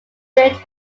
built